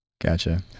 Gotcha